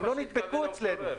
הם לא נדבקו אצלנו.